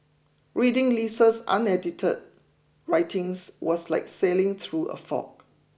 reading Lisa's unedited writings was like sailing through a fog